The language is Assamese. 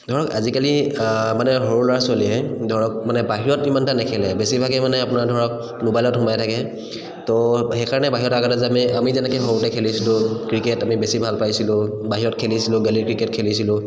ধৰক আজিকালি মানে সৰু ল'ৰা ছোৱালীয়ে ধৰক মানে বাহিৰত ইমান এটা নেখেলে বেছিভাগে মানে আপোনাৰ ধৰক মোবাইলত সোমাই থাকে তো সেইকাৰণে বাহিৰত আগতে যে আমি আমি যেনেকৈ সৰুতে খেলিছিলোঁ ক্ৰিকেট আমি বেছি ভাল পাইছিলোঁ বাহিৰত খেলিছিলোঁ গলি ক্ৰিকেট খেলিছিলোঁ